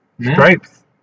Stripes